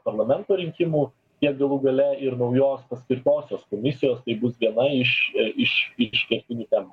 parlamento rinkimų tiek galų gale ir naujos paskirtosios komisijos tai bus viena iš iš iš kertinių temų